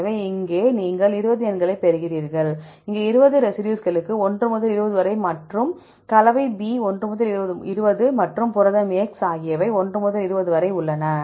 எனவே இங்கே நீங்கள் 20 எண்களைப் பெறுகிறீர்கள் இங்கே 20 ரெசிடியூஸ்களுக்கு 1 முதல் 20 வரை மற்றும் கலவை B 1 முதல் 20 மற்றும் புரதம் x ஆகியவை 1 முதல் 20 வரை உள்ளன